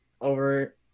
over